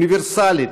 אוניברסלית,